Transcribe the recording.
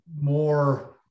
more